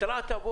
התרעת?